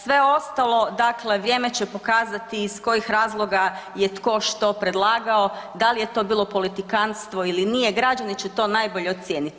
Sve ostalo dakle vrijeme će pokazati iz kojih razloga je tko što predlagao, da li je to bilo politikantstvo ili nije, građani će to najbolje ocijeniti.